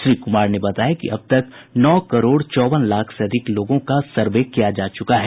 श्री कुमार ने बताया कि अब तक नौ करोड़ चौवन लाख से अधिक लोगों का सर्वे किया गया है